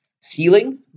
ceiling